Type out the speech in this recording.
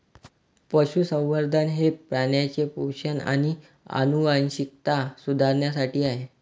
पशुसंवर्धन हे प्राण्यांचे पोषण आणि आनुवंशिकता सुधारण्यासाठी आहे